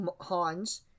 hans